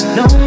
no